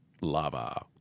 lava